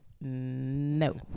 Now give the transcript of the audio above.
no